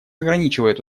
ограничивает